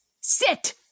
Sit